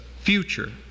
future